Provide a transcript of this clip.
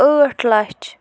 ٲٹھ لَچھ